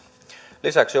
lisäksi